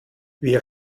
wir